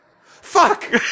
Fuck